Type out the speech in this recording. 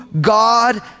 God